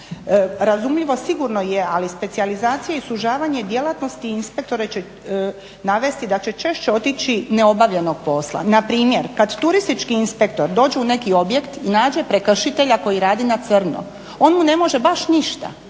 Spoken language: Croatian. Razumljivo sigurno je ali specijalizacija i sužavanje djelatnosti inspektora će navesti da će češće otići neobavljenog posla. Npr. kada turistički inspektor dođe u neki objekt i nađe prekršitelja koji radi na crno, on mu ne može baš ništa.